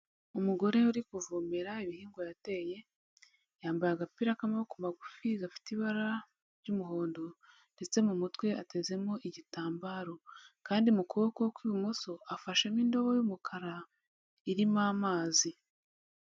Umugore uri kuvomera ibihingwa yateye, yambaye agapira k'amaboko magufi gafite ibara ry'umuhondo ndetse mu mutwe atezemo igitambaro, kandi mu kuboko kw'ibumoso afashemo indobo y'umukara irimo amazi.